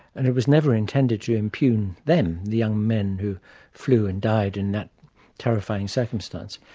and it was never intended to impugn them, the young men who flew and died in that terrifying circumstance.